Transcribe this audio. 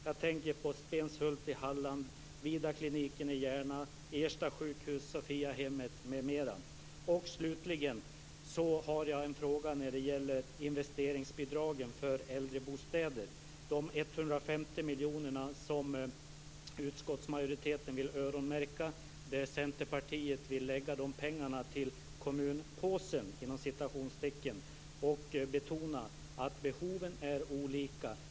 Jag tänker på Stenshult i Halland, Vidarkliniken i Järna, Ersta Sjukhus, Sophiahemmet m.m. Slutligen har jag en fråga när det gäller investeringsbidragen för äldrebostäder, dvs. de 150 miljoner som utskottsmajoriteten vill öronmärka. Centerpartiet vill lägga pengarna i "kommunpåsen" och betona att behoven är olika.